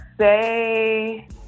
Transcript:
say